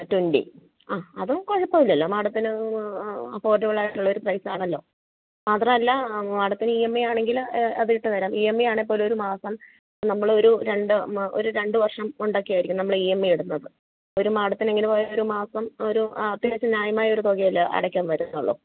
twenty അ അതും കുഴപ്പമില്ലല്ലോ മാഡത്തിന് അഫൊർഡബിളായിട്ടുള്ള ഒരു പ്രൈസ് ആണല്ലോ മാത്രമല്ല മാഡത്തിന് ഇ എം ഐ ആണെങ്കിൽ അത് ഇട്ടുതരാംഇ എം ഐ ആണേൽ പോലും മാസം നമ്മളൊരു രണ്ട് ഒരു രണ്ടു വർഷം കൊണ്ടൊക്കെ ആയിരിക്കും നമ്മൾ ഇഇ എം ഐ ഇടുന്നത് ഒരു മാഡത്തിന് എങ്ങനെപോയാലും ഒരു മാസം തികച്ചും ന്യായമായ ഒരു തുകയല്ലേ അടയ്ക്കാൻ വരുന്നുള്ളു